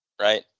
right